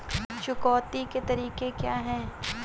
चुकौती के तरीके क्या हैं?